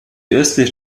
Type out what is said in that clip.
östliche